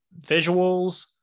visuals